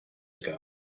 ago